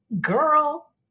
Girl